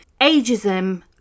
ageism